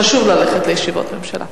חשוב ללכת לישיבות ממשלה.